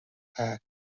pack